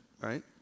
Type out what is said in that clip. right